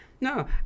no